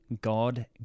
God